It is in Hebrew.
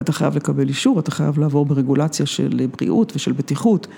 אתה חייב לקבל אישור, אתה חייב לעבור ברגולציה של בריאות ושל בטיחות.